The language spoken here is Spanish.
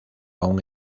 aún